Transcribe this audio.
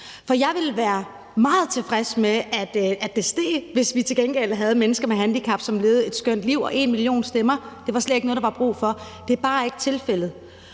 For jeg ville være meget tilfreds med, at de steg, hvis vi til gengæld havde mennesker med handicap, som levede et skønt liv, og #enmillionstemmer slet ikke var noget, der var brug for. Det er bare ikke tilfældet.